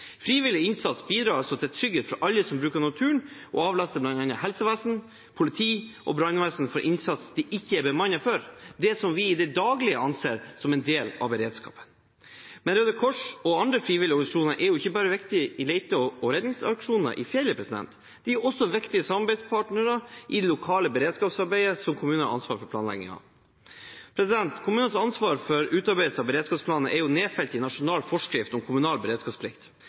avlaster bl.a. helsevesen, politi og brannvesen med innsats de ikke er bemannet for, det vi i det daglige anser som en del av beredskapen. Men Røde Kors og andre frivillige organisasjoner er ikke bare viktige i lete- og redningsaksjoner i fjellet; de er også viktige samarbeidspartnere i det lokale beredskapsarbeidet som kommunene har ansvar for planlegging av. Kommunenes ansvar for utarbeidelse av beredskapsplaner er nedfelt i en nasjonal forskrift om kommunal beredskapsplikt.